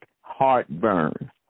heartburn